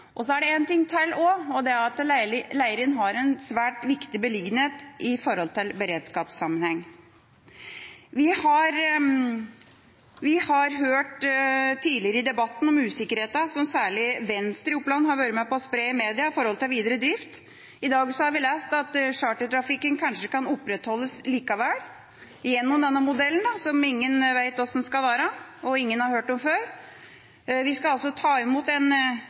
Så er det én ting til også, og det er at Leirin har en svært viktig beliggenhet i beredskapssammenheng. Vi har hørt tidligere i debatten om usikkerheten som særlig Venstre i Oppland har vært med på å spre i media om videre drift. I dag har vi lest at chartertrafikken kanskje kan opprettholdes likevel gjennom denne modellen, som ingen vet hvordan skal være, og ingen har hørt om før. Vi skal altså ta imot folk på en